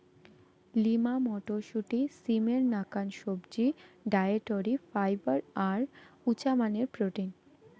lima মটরশুঁটি, সিমের নাকান সবজি, ডায়েটরি ফাইবার আর উচামানের প্রোটিন